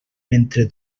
mentre